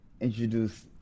introduce